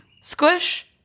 Squish